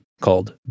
called